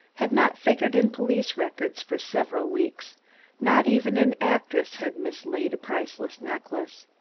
had not figured in police records for several weeks not even an actress had mislaid a priceless necklace.